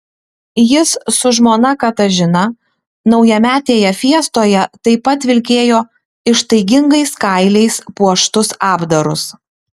jis su žmona katažina naujametėje fiestoje taip pat vilkėjo ištaigingais kailiais puoštus apdarus